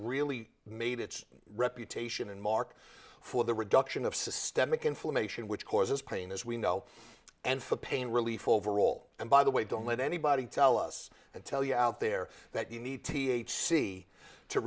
really made its reputation and mark for the reduction of systemic inflammation which causes pain as we know and for pain relief overall and by the way don't let anybody tell us that tell you out there that you need t